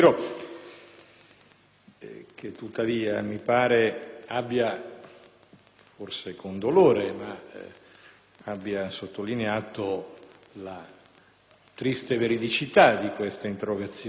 che mi pare abbia, forse con dolore, sottolineato la triste veridicità di questa interrogazione, che